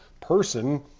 person